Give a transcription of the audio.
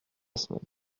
semaine